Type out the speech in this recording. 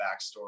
backstory